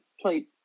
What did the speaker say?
played